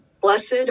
blessed